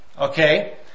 Okay